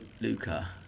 luca